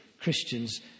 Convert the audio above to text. Christians